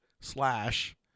slash